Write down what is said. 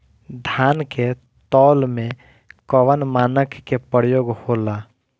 धान के तौल में कवन मानक के प्रयोग हो ला?